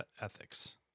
ethics